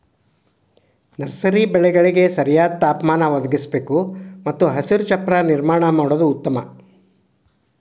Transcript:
nursery ಬೆಳೆಗಳಿಗೆ ಸರಿಯಾದ ತಾಪಮಾನ ಒದಗಿಸಬೇಕು ಮತ್ತು ಹಸಿರು ಚಪ್ಪರ ನಿರ್ಮಾಣ ಮಾಡುದು ಉತ್ತಮ